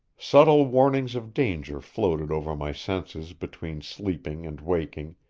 subtle warnings of danger floated over my senses between sleeping and waking,